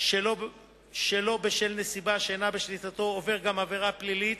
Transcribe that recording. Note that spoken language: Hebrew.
שלא בשל נסיבה שאינה בשליטתו עובר גם עבירה פלילית,